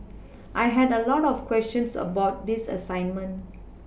I had a lot of questions about this assignment